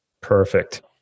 Perfect